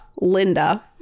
linda